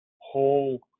whole